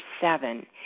seven